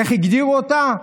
איך הגדירו אותה?